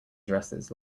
dresses